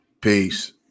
Peace